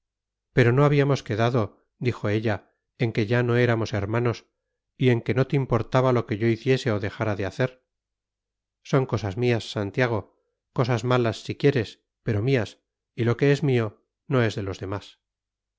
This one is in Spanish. pero no habíamos quedado dijo ella en que ya no éramos hermanos y en que no te importaba lo que yo hiciese o dejara de hacer son cosas mías santiago cosas malas si quieres pero mías y lo que es mío no es de los demás